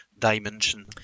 dimension